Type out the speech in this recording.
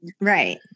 Right